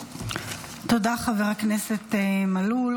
תודה, חבר הכנסת מלול.